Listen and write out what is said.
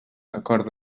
acord